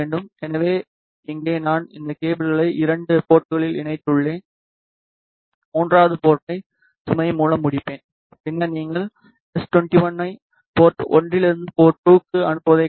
எனவே இங்கே நான் இந்த கேபிள்களை இரண்டு போர்ட்களில் இணைத்துள்ளேன் மூன்றாவது போர்ட்டை சுமை மூலம் முடிப்பேன் பின்னர் நீங்கள் எஸ்21 ஐ போர்ட் 1 இலிருந்து போர்ட் 2 க்கு அனுப்புவதைக் காணலாம்